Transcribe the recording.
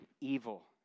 evil